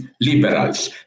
liberals